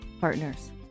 partners